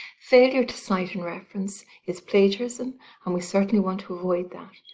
failure to cite and reference is plagiarism and we certainly want to avoid that.